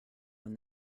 when